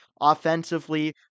offensively